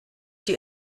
die